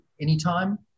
Anytime